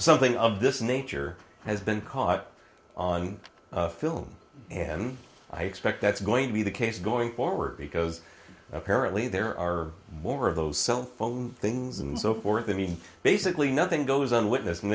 something of this nature has been caught on film and i expect that's going to be the case going forward because apparently there are more of those cellphone things and so forth i mean basically nothing goes on witness